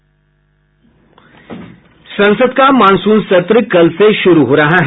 संसद का मॉनसून सत्र कल से शुरू हो रहा है